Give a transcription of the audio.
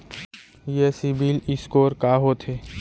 ये सिबील स्कोर का होथे?